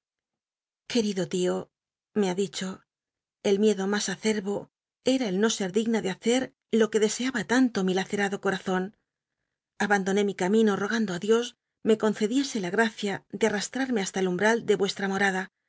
querido tio me ha dicho el miedo mas acerbo era el no ser digna de hacer lo que deseaba tanto mi lacetado corazon abandoné mi camino rogando á dios me concediese la gtacia do arraslmrme hasta el umbral de vuestra morada